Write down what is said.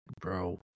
bro